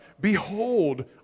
behold